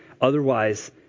Otherwise